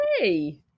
Hey